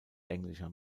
englischer